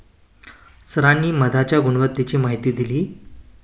सरांनी मधाच्या गुणवत्तेची माहिती दिली